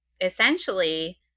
essentially